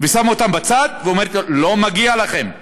ושמה אותם בצד ואומרת להם: לא מגיע לכם ג'